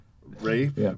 Rape